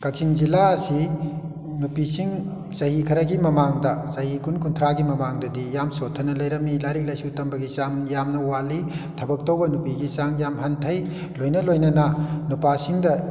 ꯀꯛꯆꯤꯡ ꯖꯤꯜꯂꯥ ꯑꯁꯤ ꯅꯨꯄꯤꯁꯤꯡ ꯆꯍꯤ ꯈꯔꯒꯤ ꯃꯃꯥꯡꯗ ꯆꯍꯤ ꯀꯨꯟ ꯀꯨꯟꯊ꯭ꯔꯥꯒꯤ ꯃꯃꯥꯡꯗꯗꯤ ꯌꯥꯝ ꯁꯣꯠꯊꯅ ꯂꯩꯔꯝꯃꯤ ꯂꯥꯏꯔꯤꯛ ꯂꯥꯏꯁꯨ ꯇꯝꯕꯒꯤ ꯆꯥꯡ ꯌꯥꯝ ꯋꯥꯠꯂꯤ ꯊꯕꯛ ꯇꯧꯕ ꯅꯨꯄꯤꯒꯤ ꯆꯥꯡ ꯌꯥꯝ ꯍꯟꯊꯩ ꯂꯣꯏꯅ ꯂꯣꯏꯅꯅ ꯅꯨꯄꯥꯁꯤꯡꯗ